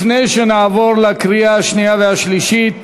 לפני שנעבור לקריאה השנייה והשלישית,